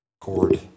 cord